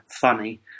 funny